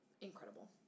incredible